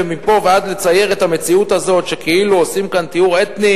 ומפה ועד לצייר את המציאות הזאת שכאילו עושים כאן טיהור אתני,